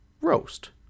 Roast